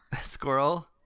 squirrel